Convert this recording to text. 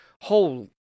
Holy